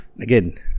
Again